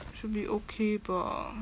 should be okay bah